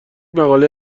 مقاله